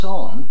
on